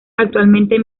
actualmente